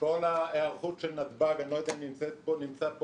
כל ההיערכות של נתב"ג אני לא יודע אם נמצאים פה